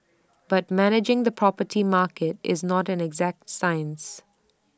but managing the property market is not an exact science